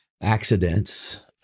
accidents